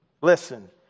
listen